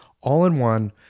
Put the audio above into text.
all-in-one